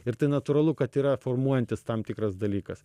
ir tai natūralu kad yra formuojantis tam tikras dalykas